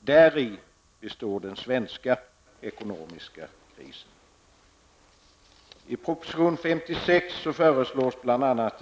Därav består den svenska ekonomiska krisen.